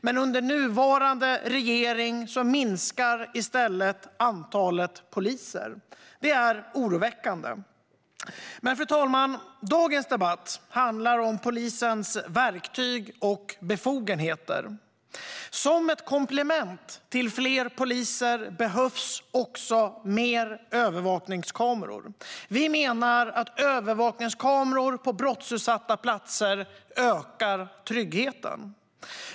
Men under nuvarande regering minskar i stället antalet poliser. Det är oroväckande. Fru talman! Dagens debatt handlar om polisens verktyg och befogenheter. Som ett komplement till fler poliser behövs också fler övervakningskameror. Vi menar att övervakningskameror på brottsutsatta platser ökar tryggheten.